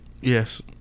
Yes